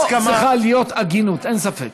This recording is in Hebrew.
פה צריכה להיות הגינות, אין ספק.